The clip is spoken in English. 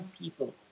people